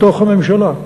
בתוך הממשלה.